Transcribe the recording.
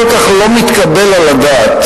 כל כך לא מתקבל על הדעת,